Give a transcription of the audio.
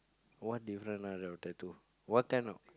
what different ah your tattoo what kind of